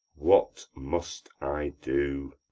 what must i do?